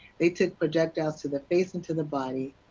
they took projectiles to the face into the body,